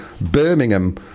Birmingham